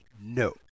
No